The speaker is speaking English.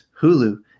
hulu